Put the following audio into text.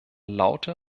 laute